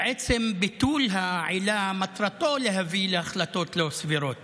בעצם ביטול העילה מטרתו להביא להחלטות לא סבירות